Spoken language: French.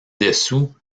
dessous